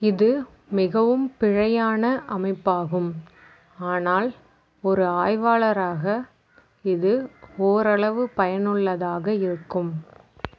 இது மிகவும் பிழையான அமைப்பாகும் ஆனால் ஒரு ஆய்வாளராக இது ஓரளவு பயனுள்ளதாக இருக்கும்